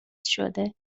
شده